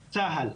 צה"ל,